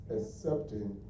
accepting